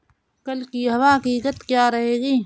कल की हवा की गति क्या रहेगी?